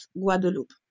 Guadeloupe